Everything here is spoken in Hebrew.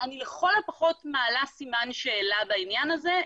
אני לכל הפחות מעלה סימן שאלה בעניין הזה.